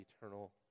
eternal